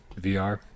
VR